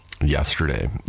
yesterday